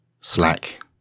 Slack